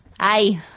Hi